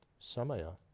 samaya